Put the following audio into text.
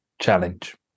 challenge